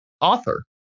author